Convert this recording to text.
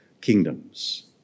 kingdoms